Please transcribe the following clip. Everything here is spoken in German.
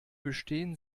bestehen